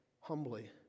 humbly